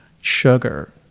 sugar